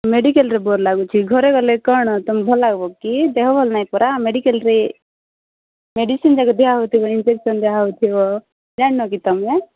ମେଡ଼ିକାଲ୍ରେ ବୋର୍ ଲାଗୁଛି ଘରେ ଗଲେ କ'ଣ ତମେ ଭଲ ଲାଗବ କି ଦେହ ଭଲ୍ ନାହିଁ ପରା ମେଡ଼ିକାଲ୍ରେ ମେଡ଼ିସିନ୍ ଯାକ ଦିଆହେଉଥିବ ଇଞ୍ଜେକ୍ସନ୍ ଦିଆହେଉଥିବ ଜାଣିନ କି ତମେ